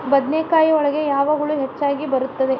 ಬದನೆಕಾಯಿ ಒಳಗೆ ಯಾವ ಹುಳ ಹೆಚ್ಚಾಗಿ ಬರುತ್ತದೆ?